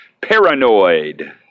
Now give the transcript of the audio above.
Paranoid